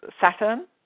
Saturn